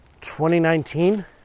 2019